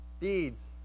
Deeds